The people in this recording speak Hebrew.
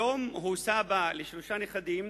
היום סבא לשלושה נכדים.